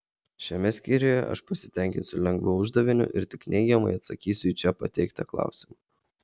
šiame skyriuje aš pasitenkinsiu lengvu uždaviniu ir tik neigiamai atsakysiu į čia pateiktą klausimą